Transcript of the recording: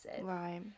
right